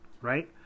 right